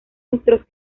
nuestros